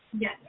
Yes